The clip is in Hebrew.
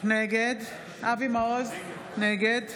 נגד אבי מעוז, נגד